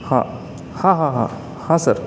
हां हां हां हां हां सर